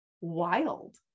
wild